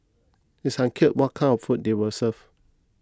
it is unclear what kind of food they were served